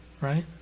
right